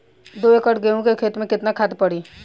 दो एकड़ गेहूँ के खेत मे केतना खाद पड़ी?